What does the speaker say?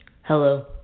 Hello